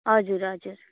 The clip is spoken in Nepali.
हजुर हजुर